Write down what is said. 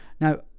Now